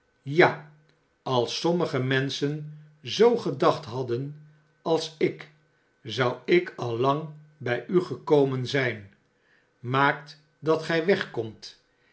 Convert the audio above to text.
ja als sommige menschen zoo gedacht hadden als ik zou ik al lang bij u gekomen zijn maakt dat gij weg